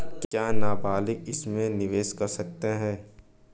क्या नाबालिग इसमें निवेश कर सकता है?